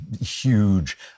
huge